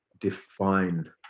define